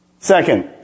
Second